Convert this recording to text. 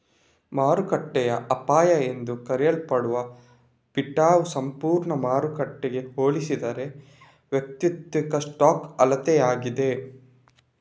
ಮಾರುಕಟ್ಟೆಯ ಅಪಾಯ ಎಂದೂ ಕರೆಯಲ್ಪಡುವ ಬೀಟಾವು ಸಂಪೂರ್ಣ ಮಾರುಕಟ್ಟೆಗೆ ಹೋಲಿಸಿದರೆ ವೈಯಕ್ತಿಕ ಸ್ಟಾಕ್ನ ಅಳತೆಯಾಗಿದೆ